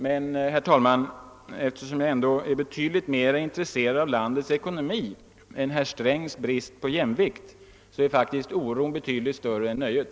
Men, herr talman, eftersom jag ändå är betydligt mer intresserad av landets ekonomiska balans än av herr Strängs brist på jämvikt är faktiskt oron betydligt större än nöjet.